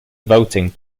voting